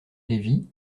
lévy